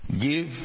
Give